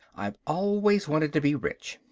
i've always wanted to be rich.